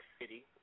City